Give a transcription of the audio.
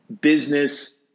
business